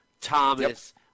Thomas